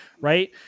right